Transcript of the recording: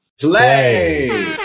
play